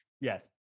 yes